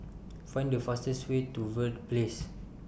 Find The fastest Way to Verde Place